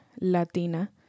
Latina